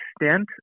extent